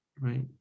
right